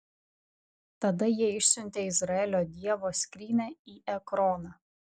tada jie išsiuntė izraelio dievo skrynią į ekroną